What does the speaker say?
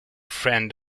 friend